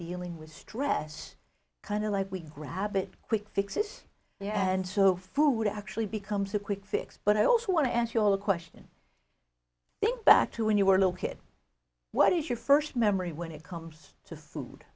dealing with stress kind of like we grab it quick fixes yeah and so food actually becomes a quick fix but i also want to ask you all a question think back to when you were a little kid what is your first memory when it comes to food